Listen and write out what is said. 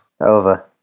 over